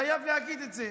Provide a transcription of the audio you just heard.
חייבים להגיד את זה.